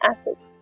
acids